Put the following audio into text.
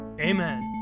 Amen